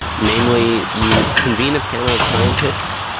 namely you convene a panel of scientists,